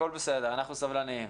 הכול בסדר, אנחנו סבלניים.